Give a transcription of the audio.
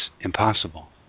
impossible